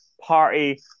party